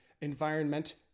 environment